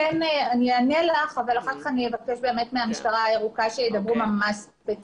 אענה לך אבל אחר כך אני אבקש מהמשטרה הירוקה שתדבר ספציפית.